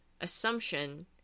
assumption